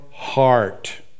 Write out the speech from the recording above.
heart